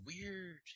weird